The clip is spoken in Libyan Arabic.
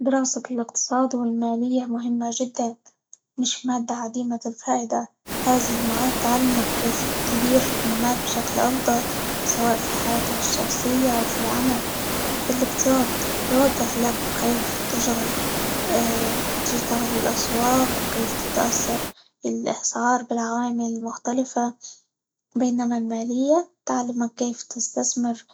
دراسة الإقتصاد، والمالية مهمة جدًا، مش مادة عديمة الفائدة، هذه المواد تعلمك كيف تدير المال بشكل أفضل، سواء في حياتك الشخصية، أو في العمل، ا لإقتصاد يوضح لك كيف -تشغل- تشتغل الأسواق، وكيف تتأثر الأسعار بالعوامل المختلفة، بينما المالية تعلمك كيف تستثمر،